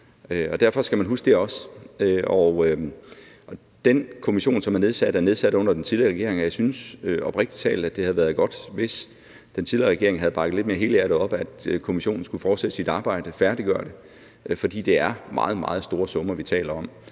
derfor skal man også huske det. Den kommission, som er nedsat, er nedsat under den tidligere regering, og jeg synes oprigtig talt, at det havde været godt, hvis den tidligere regering havde bakket lidt mere helhjertet op om, at kommissionen skulle fortsætte sit arbejde og færdiggøre det, for det er meget, meget store summer, vi taler om